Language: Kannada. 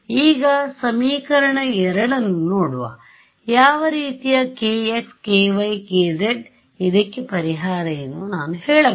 ಈಗ ಸಮೀಕರಣ 2 ಅನ್ನು ನೋಡುವ ಯಾವ ರೀತಿಯ kx ky kz ಇದಕ್ಕೆ ಪರಿಹಾರ ಎಂದು ನಾನು ಹೇಳಬಲ್ಲೆ